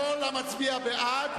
כל המצביע בעד,